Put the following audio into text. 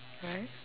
right